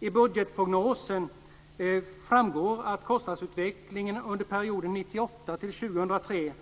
Enligt budgetprognosen skulle kostnadsutvecklingen innebära en ökning under perioden 1998 till 2003